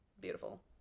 beautiful